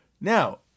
Now